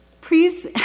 Please